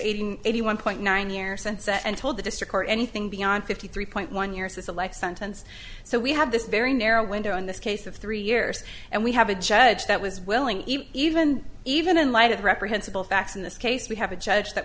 eighty eighty one point nine years sense and told the district or anything beyond fifty three point one years it's a life sentence so we have this very narrow window in this case of three years and we have a judge that was willing even even in light of reprehensible facts in this case we have a judge that